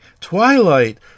twilight